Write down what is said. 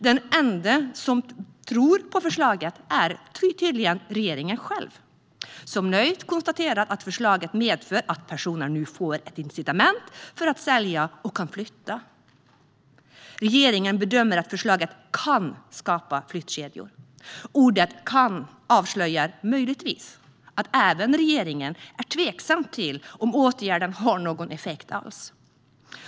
Den enda som tror på förslaget är tydligen regeringen själv, som nöjt konstaterar att förslaget medför att personer nu får ett incitament för att sälja, och att de därmed kan flytta. Regeringen bedömer att förslaget kan skapa flyttkedjor. Ordet kan avslöjar möjligtvis att även regeringen är tveksam till om åtgärden har någon effekt alls.